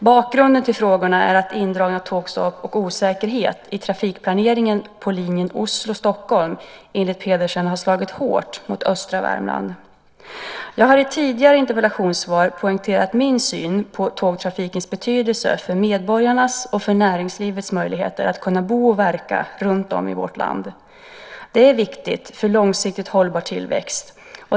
Bakgrunden till frågorna är att indragna tågstopp och osäkerhet i trafikplaneringen på linjen Oslo-Stockholm, enligt Pedersen, slagit hårt mot östra Värmland. Jag har i tidigare interpellationssvar poängterat min syn på tågtrafikens betydelse för medborgarnas och näringslivets möjligheter att bo och verka runtom i vårt land. Det är viktigt för långsiktigt hållbar tillväxt.